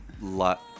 lot